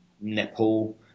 Nepal